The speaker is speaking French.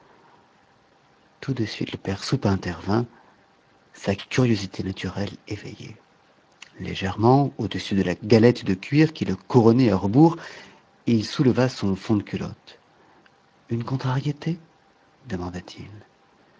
tout de suite le père soupe intervint sa curiosité naturelle éveillée légèrement au-dessus de la galette de cuir qui le couronnait à rebours il souleva son fond de culotte une contrariété demanda-t-il